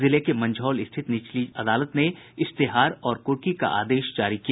जिले के मंझौल स्थित निचली अदालत ने इश्तेहार और कुर्की का आदेश जारी किया